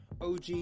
OG